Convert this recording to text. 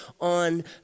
on